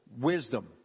wisdom